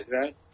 right